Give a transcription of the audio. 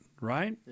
right